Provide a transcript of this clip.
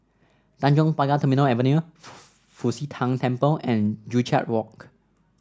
Tanjong Pagar Terminal Avenue Fu Xi Tang Temple and Joo Chiat Walk